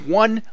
one